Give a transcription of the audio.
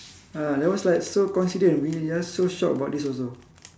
uh that was like so coincidence we are so shocked about this also